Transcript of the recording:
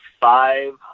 five